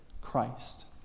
Christ